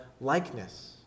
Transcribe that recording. likeness